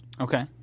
Okay